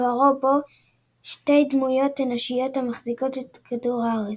ותוארו בו שתי דמויות אנושיות המחזיקות את כדור הארץ.